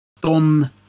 Don